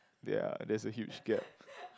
ye there's a huge gap